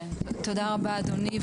תודה רבה, אדוני.